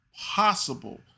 possible